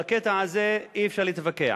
בקטע הזה אי-אפשר להתווכח,